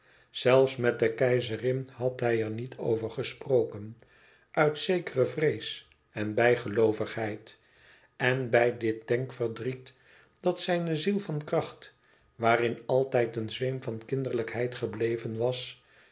zelfs met de keizerin had hij er niet over gesproken uit zekere vrees en bijgeloovigheid en bij dit denk verdriet dat zijne ziel van kracht waarin altijd een zweem van kinderlijkheid gebleven was